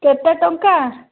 କେତେ ଟଙ୍କା